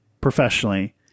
professionally